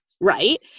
Right